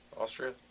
Austria